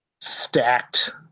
stacked